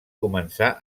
començar